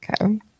Okay